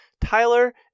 Tyler